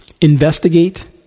Investigate